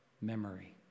memory